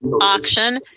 auction